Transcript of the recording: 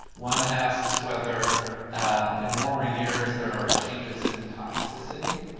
one asks whether um in warmer years, there are changes in toxicity.